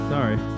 Sorry